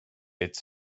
its